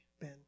Ben